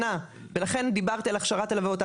לכן דיברתי על "הכשרת הלבבות",